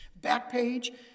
Backpage